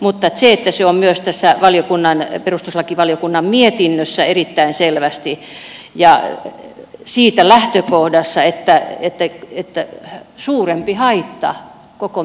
mutta se on myös tässä perustuslakivaliokunnan mietinnössä erittäin selvästi lähtökohtana että suurempi haitta koko